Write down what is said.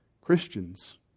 Christians